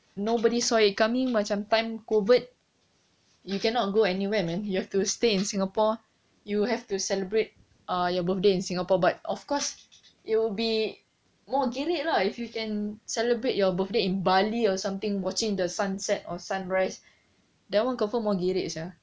nobody saw it coming macam time COVID you cannot go anywhere man you have to stay in singapore you have to celebrate your birthday in singapore but of course it will be more gerek lah if you can celebrate your birthday in bali or something watching the sunset or sunrise that one confirm more gerek sia